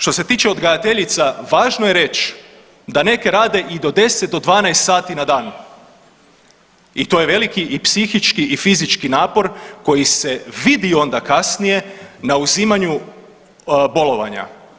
Što se tiče odgajateljica važno je reć da neke rade i do 10 do 12 sati na dan i to je veliki i psihički i fizički napor koji se vidi onda kasnije na uzimanju bolovanja.